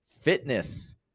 fitness